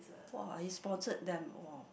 !wow! he sponsored them !wow!